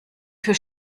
für